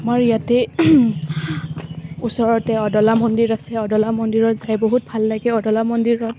আমাৰ ইয়াতে ওচৰতে অদলা মন্দিৰ আছে অদলা মন্দিৰত যাই বহুত ভাল লাগে অদলা মন্দিৰৰ